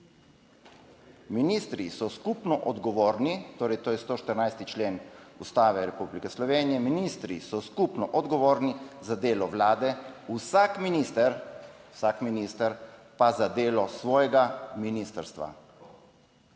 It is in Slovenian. Ministri so skupno odgovorni, torej, to je 114. člen Ustave Republike Slovenije, ministri so skupno odgovorni za delo Vlade, vsak minister, vsak minister pa za delo svojega ministrstva.